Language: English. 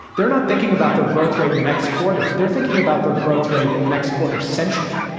they're not thinking about their growth rate in the next quarter. they're thinking about their growth rate in the next quarter century.